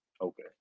okay